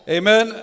amen